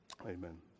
Amen